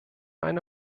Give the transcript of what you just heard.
eine